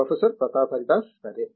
professor Pratap Haridas సరే